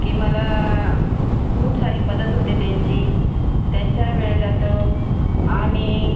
की मला खूप सारी मदत होते त्यांची त्यांचा वेळ जातो आणि